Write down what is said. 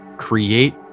Create